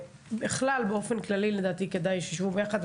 בכלל באופן כללי לדעתי כדאי שתשבו ביחד,